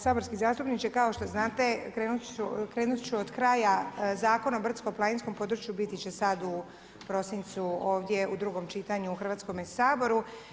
Saborski zastupniče, kao što znate krenut ću od kraja Zakona o brdsko-planinsko području, biti će sada u prosincu ovdje u drugom čitanju u Hrvatskome saboru.